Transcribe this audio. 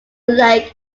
lake